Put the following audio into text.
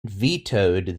vetoed